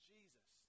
Jesus